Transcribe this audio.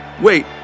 Wait